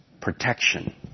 protection